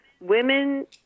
women